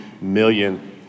million